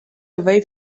away